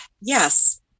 yes